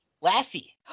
Lassie